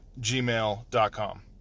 gmail.com